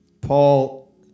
Paul